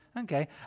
Okay